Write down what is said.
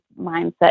mindset